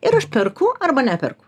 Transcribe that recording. ir aš perku arba neperku